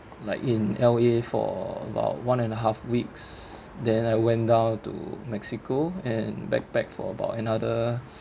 like in L_A for about one and a half weeks then I went down to mexico and backpack for about another